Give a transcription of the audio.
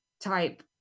type